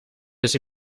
dus